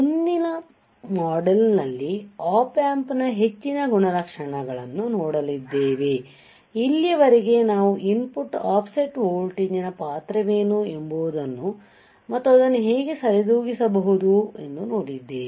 ಮುಂದಿನ ಮಾಡ್ಯೂಲ್ನಲ್ಲಿ Op Amp ನ ಹೆಚ್ಚಿನ ಗುಣಲಕ್ಷಣವನ್ನು ನೋಡುಲಿದ್ದೇವೆ ಇಲ್ಲಿಯವರೆಗೆ ನಾವು ಇನ್ಪುಟ್ ಆಫ್ಸೆಟ್ ವೋಲ್ಟೇಜ್ನ ಪಾತ್ರವೇನು ಎಂಬುದನ್ನು ಮತ್ತು ಅದನ್ನು ಹೇಗೆ ಸರಿದೂಗಿಸಬಹುದು ನೋಡಿದ್ದೇವೆ